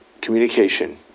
communication